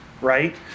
right